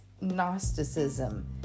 gnosticism